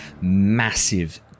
massive